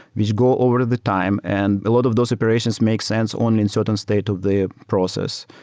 which go over to the time and a lot of those operations makes sense only in certain state of the process.